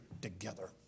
together